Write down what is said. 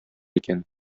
икән